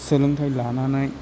सोलोंथाइ लानानै